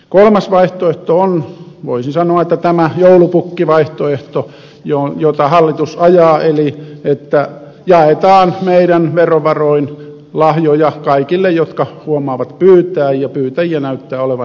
kolmas vaihtoehto on voisin sanoa tämä joulupukki vaihtoehto jota hallitus ajaa eli että jaetaan meidän verovaroin lahjoja kaikille jotka huomaavat pyytää ja pyytäjiä näyttää olevan